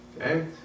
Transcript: Okay